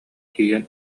тиийэн